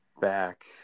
back